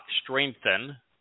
strengthen